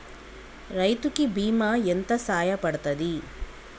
రైతు కి బీమా ఎంత సాయపడ్తది?